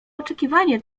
oczekiwanie